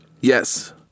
Yes